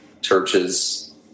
churches